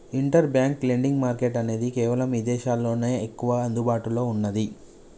inter bank lending market అనేది కేవలం ఇదేశాల్లోనే ఎక్కువగా అందుబాటులో ఉన్నాది